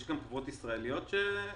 יש גם חברות ישראליות ביניהן?